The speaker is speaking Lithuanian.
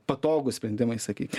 patogūs sprendimai sakykim